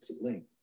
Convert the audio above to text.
link